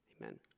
Amen